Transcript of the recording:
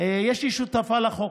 יש לי שותפה לחוק,